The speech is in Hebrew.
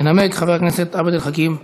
ינמק חבר הכנסת עבד אל חכים חאג'